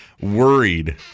worried